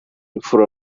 imfura